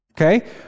Okay